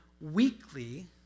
weekly